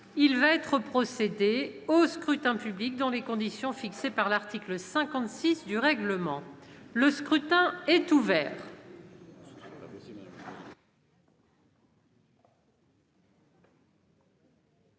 Il va être procédé au scrutin dans les conditions fixées par l'article 56 du règlement. Le scrutin est ouvert.